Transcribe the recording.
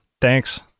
thanks